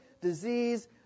disease